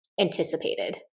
anticipated